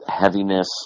heaviness